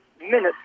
minutes